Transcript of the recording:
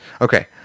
Okay